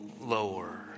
lower